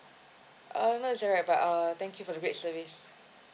uh not actually uh thank you for the great service